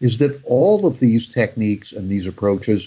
is that all of these techniques and these approaches